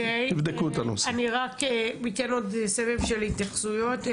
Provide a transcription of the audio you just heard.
ניתן עוד סבב של התייחסויות.